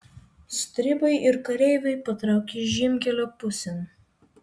stribai ir kareiviai patraukė žiemkelio pusėn